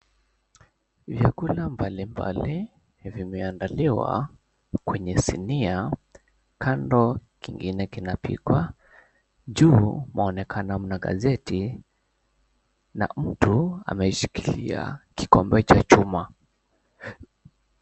Vyakula mbalimbali vimeandaliwa kwenye sinia kando, kingine kinapikwa juu mwaonekana mna gazeti na mtu ameishikilia kikombe cha chuma.